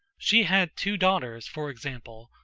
she had two daughters, for example,